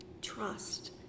Trust